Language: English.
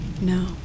No